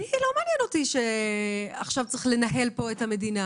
לא מעניין אותי שעכשיו צריך לנהל פה את המדינה